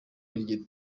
iryo